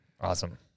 Awesome